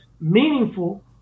meaningful